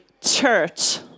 church